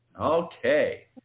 Okay